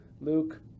Luke